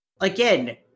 Again